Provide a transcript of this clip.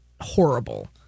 horrible